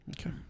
Okay